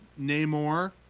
Namor